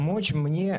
(תרגום